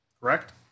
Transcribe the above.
Correct